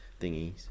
thingies